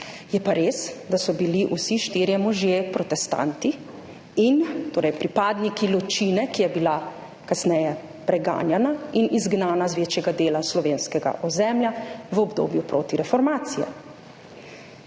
Je pa res, da so bili vsi štirje možje protestanti in torej pripadniki ločine, ki je bila kasneje preganjana in izgnana z večjega dela slovenskega ozemlja v obdobju protireformacije.